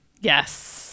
Yes